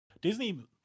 Disney